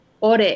Ore